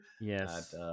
Yes